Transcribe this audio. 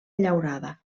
llaurada